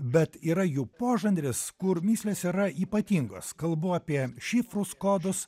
bet yra jų požanris kur mįslės yra ypatingos kalbu apie šifrus kodus